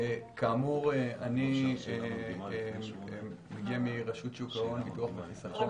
אני מגיע מרשות שוק ההון, ביטוח וחיסכון.